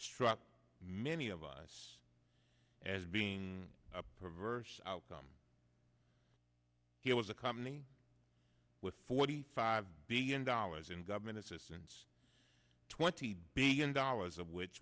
struck many of us as being a perverse outcome here was a company with forty five billion dollars in government assistance twenty billion dollars of which